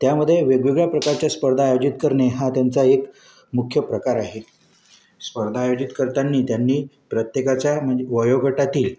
त्यामध्ये वेगवेगळ्या प्रकारच्या स्पर्धा आयोजित करणे हा त्यांचा एक मुख्य प्रकार आहे स्पर्धा आयोजित करताना त्यांनी प्रत्येकाच्या म्हणजे वयोगटातील